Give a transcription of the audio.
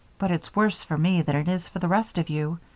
but it's worse for me than it is for the rest of you.